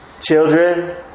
children